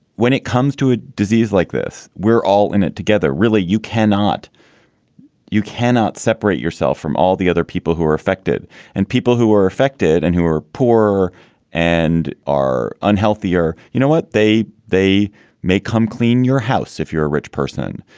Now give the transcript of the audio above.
when it comes to a disease like this, we're all in it together. really, you cannot you cannot separate yourself from all the other people who are affected and people who are affected and who are poor and are unhealthy. or, you know what? they they may come clean your house if you're a rich person,